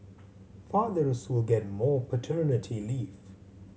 fathers will get more paternity leave